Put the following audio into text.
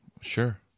sure